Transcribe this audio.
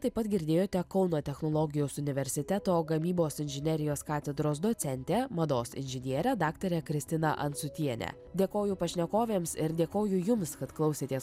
taip pat girdėjote kauno technologijos universiteto gamybos inžinerijos katedros docentę mados inžinierę daktarę kristiną ancutienę dėkoju pašnekovėms ir dėkoju jums kad klausėtės